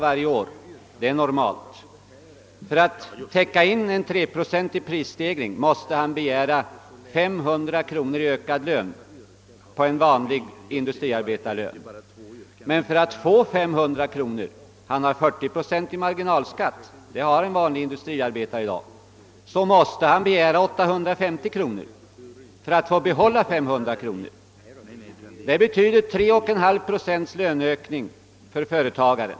Finansminister Sträng har uttalat att en prisstegring med 3 procent per år är något normalt. För att kompensera en 3-procentig prisstegring måste en vanlig industriarbetare ha 500 kronor i inkomstökning. Han har emellertid 40 procent i marginalskatt och måste därför begära 850 kronor i löneförhöjning för att få behålla 500 kronor. Det betyder 3,5 procent i ökade lönekostnader för företagaren.